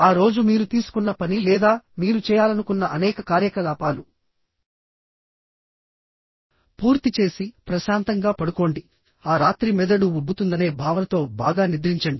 ఆ రోజు మీరు తీసుకున్న పని లేదా మీరు చేయాలనుకున్న అనేక కార్యకలాపాలు పూర్తి చేసి ప్రశాంతంగా పడుకోండి ఆ రాత్రి మెదడు ఉబ్బుతుందనే భావనతో బాగా నిద్రించండి